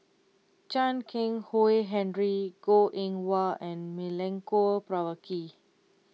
Chan Keng Howe Harry Goh Eng Wah and Milenko Prvacki